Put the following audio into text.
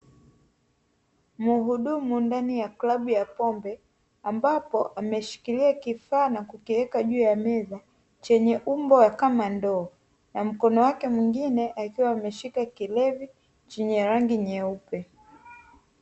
Mhudumu ndani ya klabu ya pombe ambapo ameshikilia kifaa nakukiweka juu ya meza chenye umbo kama ndoo. Na mkono wake mwingine akiwa ameshika kilevi chenye rangi nyeupe.